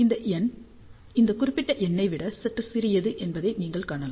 இந்த எண் இந்த குறிப்பிட்ட எண்ணை விட சற்று சிறியது என்பதை நீங்கள் காணலாம்